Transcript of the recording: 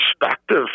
perspective